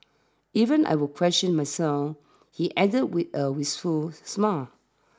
even I will question myself he added with a wistful smile